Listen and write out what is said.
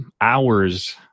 hours